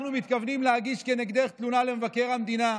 אנחנו מתכוונים להגיש כנגדך תלונה למבקר המדינה.